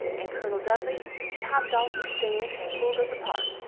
and kernel dudley he hopt off the stand and pulld us apart,